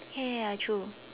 ya ya ya true